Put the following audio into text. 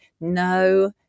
no